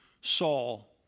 Saul